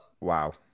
Wow